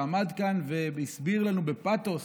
שעמד כאן והסביר לנו בפתוס